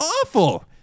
awful